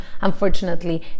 unfortunately